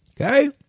Okay